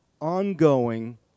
ongoing